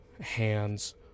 hands